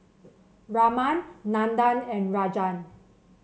Raman Nandan and Rajan